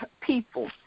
people